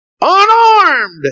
Unarmed